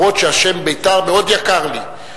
גם אם השם בית"ר מאוד יקר לי.